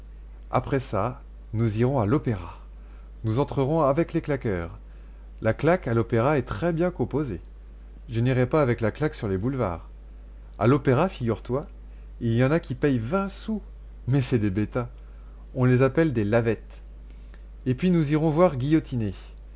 après ça nous irons à l'opéra nous entrerons avec les claqueurs la claque à l'opéra est très bien composée je n'irais pas avec la claque sur les boulevards à l'opéra figure-toi il y en a qui payent vingt sous mais c'est des bêtas on les appelle des lavettes et puis nous irons voir guillotiner